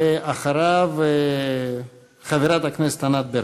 אחריו, חברת הכנסת ענת ברקו.